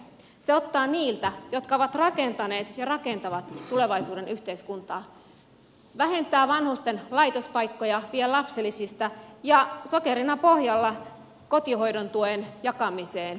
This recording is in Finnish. se ottaa niiltä jotka ovat rakentaneet ja rakentavat tulevaisuuden yhteiskuntaa vähentää vanhusten laitospaikkoja vie lapsilisistä ja sokerina pohjalla kotihoidon tuen jakamiseen liittyvät muutokset